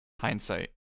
hindsight